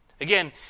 Again